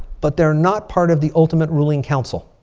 but they're not part of the ultimate ruling council.